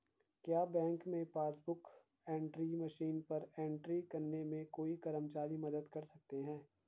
क्या बैंक में passbook book entry machine पर एंट्री करने में कोई कर्मचारी मदद कर सकते हैं?